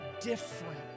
different